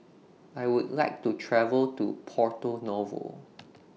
I Would like to travel to Porto Novo